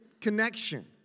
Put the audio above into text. connection